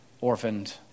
orphaned